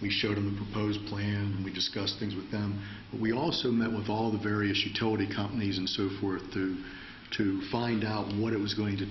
we showed him the proposed plan and we discussed things with them we also met with all the various utility companies and so forth through to find out what it was going to